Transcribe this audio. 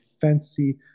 fancy